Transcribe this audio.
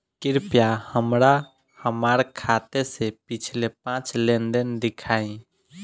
कृपया हमरा हमार खाते से पिछले पांच लेन देन दिखाइ